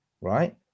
right